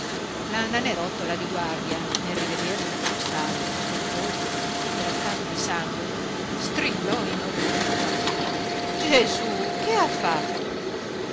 villa la nanerottola di guardia nel rivederlo in quello stato col volto tutto imbrattato di sangue strillò inorridita gesù che ha fatto